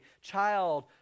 child